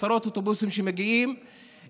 עשרות אוטובוסים שמגיעים,